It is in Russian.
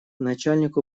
начальник